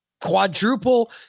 quadruple